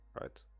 right